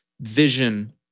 vision